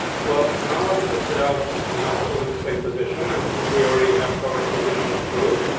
well, now let's test it out. something else we're gonna say position. and since we already have covered position absolute,